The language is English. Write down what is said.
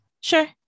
Sure